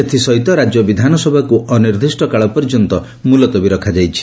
ଏଥି ସହିତ ରାଜ୍ୟ ବିଧାନସଭାକୁ ଅନିର୍ଦ୍ଦିଷ୍ଟକାଳ ପର୍ଯ୍ୟନ୍ତ ମୁଲତବୀ ରଖାଯାଇଛି